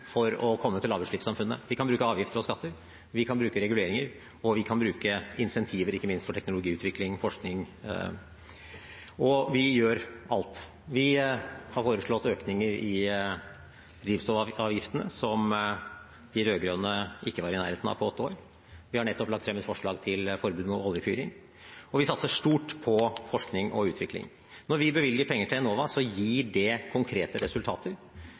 for å komme til lavutslippssamfunnet: Vi kan bruke avgifter og skatter, vi kan bruke reguleringer, og vi kan bruke incentiver, ikke minst, for teknologiutvikling og forskning. Og vi gjør alt. Vi har foreslått økninger i drivstoffavgiftene, som de rød-grønne ikke var i nærheten av på åtte år, vi har nettopp lagt frem et forslag til forbud mot oljefyring, og vi satser stort på forskning og utvikling. Når vi bevilger penger til Enova, gir det konkrete resultater.